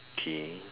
okay